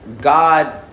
God